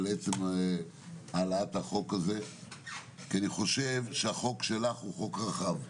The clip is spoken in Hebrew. על עצם העלאת החוק כי אני חושב שהחוק שלך הוא חוק רחב,